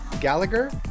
Gallagher